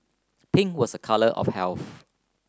pink was a colour of health